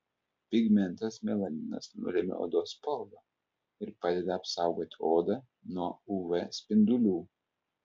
pigmentas melaninas nulemia odos spalvą ir padeda apsaugoti odą nuo uv spindulių